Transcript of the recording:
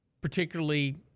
particularly